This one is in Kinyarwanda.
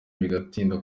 bigatinda